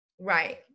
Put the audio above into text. Right